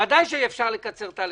בוודאי אפשר לקצר את התהליכים.